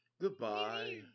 Goodbye